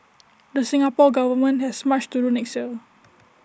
the Singapore Government has much to do next year